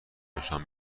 نشان